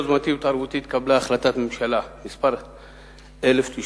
ביוזמתי ובהתערבותי התקבלה החלטת ממשלה מס' 1095,